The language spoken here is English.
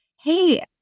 hey